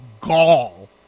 gall